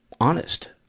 honest